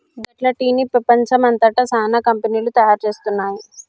గట్ల టీ ని పెపంచం అంతట సానా కంపెనీలు తయారు చేస్తున్నాయి